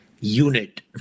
unit